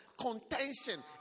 contention